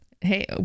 Hey